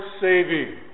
saving